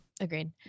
Agreed